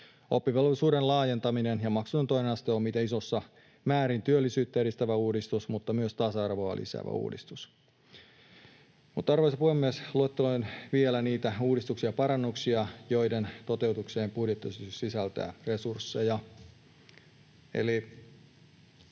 Oppivelvollisuuden laajentaminen ja maksuton toinen aste on mitä isoimmassa määrin työllisyyttä edistävä uudistus, mutta myös tasa-arvoa lisäävä uudistus. Mutta arvoisa puhemies, luetteloin vielä niitä uudistuksia ja parannuksia, joiden toteutukseen budjettiesitys sisältää resursseja.